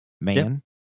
man